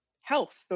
health